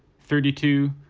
thirty two.